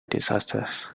disasters